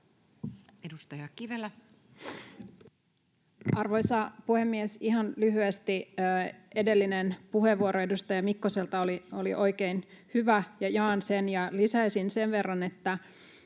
Content: Arvoisa puhemies! Ihan lyhyesti: Edellinen puheenvuoro edustaja Mikkoselta oli oikein hyvä, ja jaan sen. Lisäisin sen verran, että